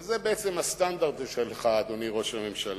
אבל זה בעצם הסטנדרט שלך, אדוני ראש הממשלה.